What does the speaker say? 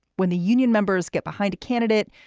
when the union members get behind a candidate,